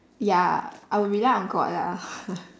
ya I will rely on god lah